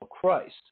Christ